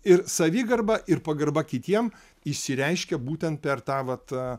ir savigarba ir pagarba kitiem išsireiškia būtent per tą vat